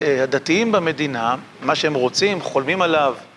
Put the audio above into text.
הדתיים במדינה, מה שהם רוצים, חולמים עליו.